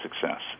success